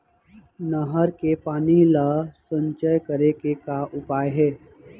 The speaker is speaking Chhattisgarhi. नहर के पानी ला संचय करे के का उपाय हे?